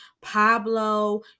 Pablo